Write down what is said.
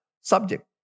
subject